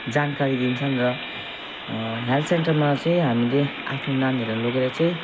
जानकारी दिन्छन् र हेल्थ सेन्टरमा चाहिँ हामीले आफ्नो नानीहरूलाई लगेर चाहिँ